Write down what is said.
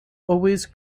always